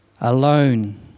alone